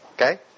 Okay